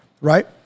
Right